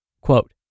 Quote